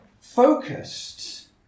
focused